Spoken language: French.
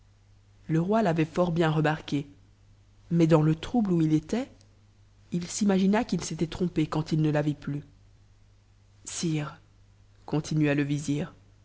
le roi t'avait fort bien remarquée mais dans le trouble où il était it s'imagina qu'il s'était trompé quand il ne la vit plus sire continua le vizir